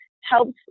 helps